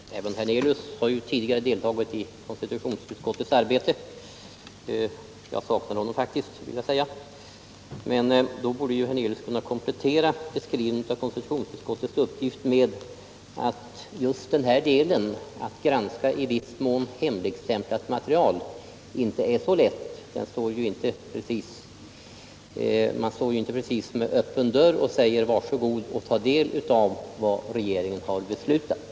Herr talman! Även herr Hernelius har ju tidigare deltagit i konstitutionsutskottets arbete — jag saknar honom där, vill jag säga. Men då borde herr Hernelius kunna komplettera beskrivningen av konstitutionsutskottets uppgift med att just detta att granska i viss mån hemligstämplat material inte är så lätt. Man står inte precis med öppen dörr och säger: Var så god, ta del av vad regeringen har beslutat!